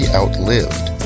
outlived